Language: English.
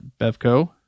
Bevco